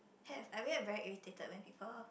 have I get very irritated when people